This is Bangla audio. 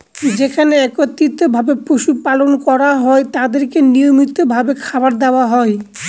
যেখানে একত্রিত ভাবে পশু পালন করা হয় তাদেরকে নিয়মিত ভাবে খাবার দেওয়া হয়